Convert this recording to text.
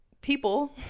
people